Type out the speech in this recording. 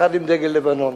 אחד עם דגל לבנון,